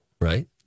right